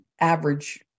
average